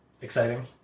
exciting